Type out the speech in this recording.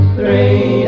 Three